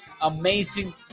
amazing